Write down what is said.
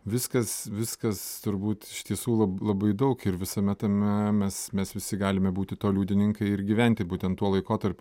viskas viskas turbūt iš tiesų lab labai daug ir visame tame mes mes visi galime būti to liudininkai ir gyventi būtent tuo laikotarpiu